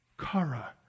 Kara